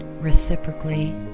reciprocally